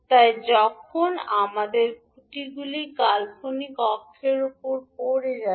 তাই যখন আমাদের খুঁটিগুলি কাল্পনিক অক্ষের উপর পড়ে থাকবে